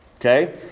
Okay